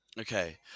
Okay